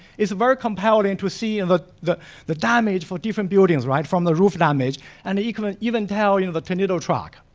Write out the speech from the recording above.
it's very compelling to see and the the damage for different buildings, right? from the roof damage and you can even tell you know the tornado track.